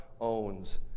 owns